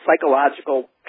psychological